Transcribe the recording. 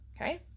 Okay